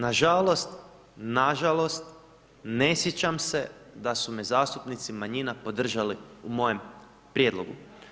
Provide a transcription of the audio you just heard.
Nažalost, nažalost ne sjećam se da su me zastupnici manjina podržali u mojem prijedlogu.